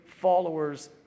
followers